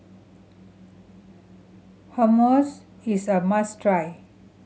hummus is a must try